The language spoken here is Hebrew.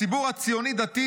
הציבור הציוני-דתי